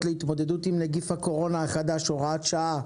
להתמודדות עם נגיף הקורונה החדש (הוראת שעה)